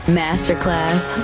masterclass